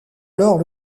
alors